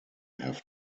have